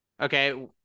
Okay